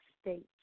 State